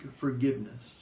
forgiveness